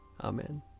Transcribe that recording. Amen